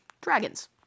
Dragons